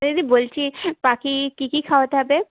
এ দিদি বলছি পাখি কী কী খাওয়াতে হবে